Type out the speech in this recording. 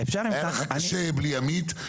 היה לך קשה בלי עמית,